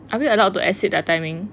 are we allowed to exceed the timing